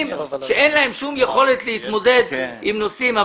שאין להם שום יכולת להתמודד עם נושאים.